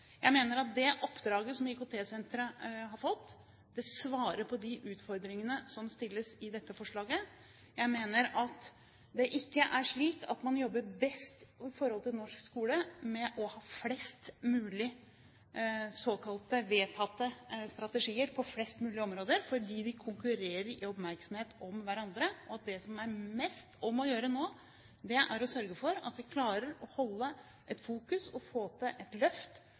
Jeg mener at det oppdraget som IKT-senteret har fått, svarer på de utfordringene som reises i dette forslaget. Jeg mener det ikke er slik at man jobber best i norsk skole ved å ha flest mulig såkalte vedtatte strategier på flest mulig områder, fordi de vil konkurrere med hverandre om oppmerksomheten. Det som er mest om å gjøre nå, er å sørge for at vi klarer å holde på fokuseringen og få til et løft